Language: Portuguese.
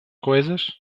coisas